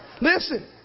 Listen